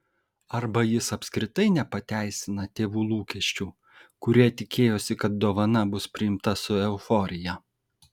arba jis apskritai nepateisina tėvų lūkesčių kurie tikėjosi kad dovana bus priimta su euforija